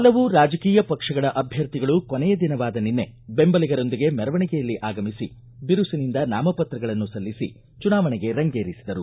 ಪಲವು ರಾಜಕೀಯ ಪಕ್ಷಗಳ ಅಭ್ಯರ್ಥಿಗಳು ಕೊನೆಯ ದಿನವಾದ ನಿನ್ನೆ ಬೆಂಬಲಿಗರೊಂದಿಗೆ ಮೆರವಣಿಗೆಯಲ್ಲಿ ಆಗಮಿಸಿ ಬಿರುಸಿನಿಂದ ನಾಮಪತ್ರಗಳನ್ನು ಸಲ್ಲಿಸಿ ಚುನಾವಣೆಗೆ ರಂಗೇರಿಸಿದರು